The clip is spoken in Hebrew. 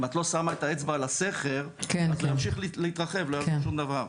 את לא שמה את האצבע על הסכר אז הוא ימשיך להתפרץ לכל עבר.